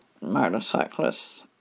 motorcyclists